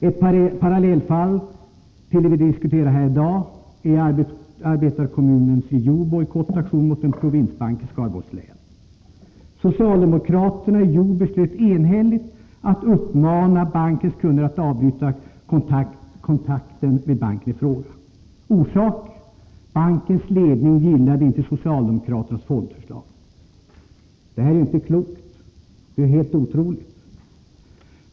Ett parallellfall till det vi diskuterar här i dag är arbetarkommunens i Hjo bojkottaktion mot en provinsbank i Skaraborgs län. Socialdemokraterna i Hjo beslöt enhälligt att uppmana bankens kunder att avbryta kontakterna med banken i fråga. Orsaken var att bankens ledning inte gillade socialdemokraternas fondförslag. Detta är inte klokt! Det är helt otroligt!